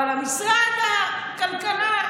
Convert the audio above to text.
אבל משרד הכלכלה,